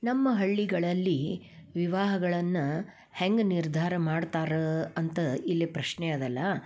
ನಮ್ಮ ಹಳ್ಳಿಗಳಲ್ಲಿ ವಿವಾಹಗಳನ್ನು ಹೆಂಗೆ ನಿರ್ಧಾರ ಮಾಡ್ತಾರೆ ಅಂತ ಇಲ್ಲಿ ಪ್ರಶ್ನೆ ಅದಲ್ಲ